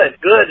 good